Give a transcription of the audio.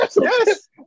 yes